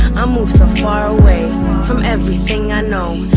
i moved so far away from everything i know.